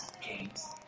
games